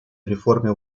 реформе